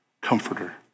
comforter